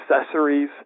accessories